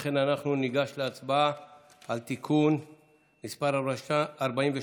לכן אנחנו ניגש להצבעה על תיקון מס' 42,